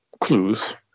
clues